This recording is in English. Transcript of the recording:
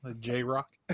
j-rock